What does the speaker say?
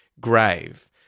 grave